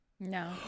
No